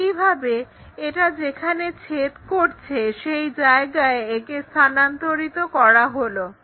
একইভাবে এটা যেখানে ছেদ করছে সেই জায়গায় একে স্থানান্তরিত করা হলো